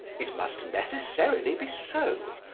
it must necessarily be so.